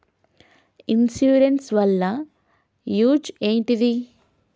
Insurance వాళ్ల use ఏంటిది?